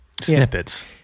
Snippets